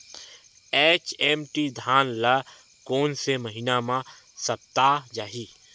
HMT धान ल कोन से महिना म सप्ता चाही?